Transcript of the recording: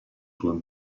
suoi